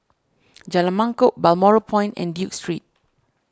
Jalan Mangkok Balmoral Point and Duke Street